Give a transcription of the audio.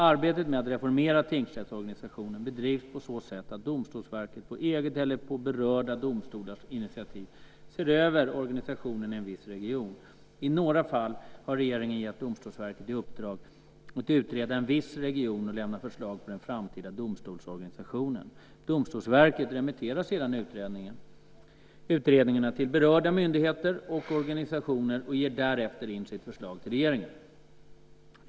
Arbetet med att reformera tingsrättsorganisationen bedrivs på så sätt att Domstolsverket på eget eller på berörda domstolars initiativ ser över organisationen i en viss region. I några fall har regeringen gett Domstolsverket i uppdrag att utreda en viss region och lämna förslag på den framtida domstolsorganisationen. Domstolsverket remitterar sedan utredningarna till berörda myndigheter och organisationer och ger därefter in sitt förslag till regeringen.